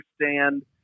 understand